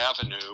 Avenue